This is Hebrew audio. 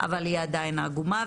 אבל היא עדיין עגומה,